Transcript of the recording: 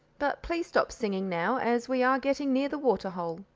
but please stop singing now, as we are getting near the water-hole,